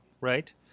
right